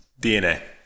DNA